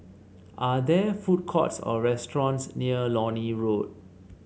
are there food courts or restaurants near Lornie Road